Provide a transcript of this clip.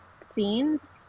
scenes